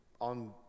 on